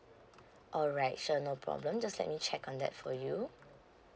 alright sure no problem just let me check on that for you